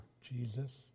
Jesus